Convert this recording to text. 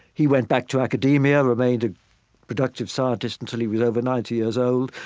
he went back to academia remained a productive scientist until he was over ninety years old.